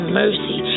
mercy